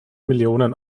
millionen